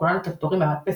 כונן התקליטונים והמדפסת,